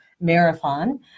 marathon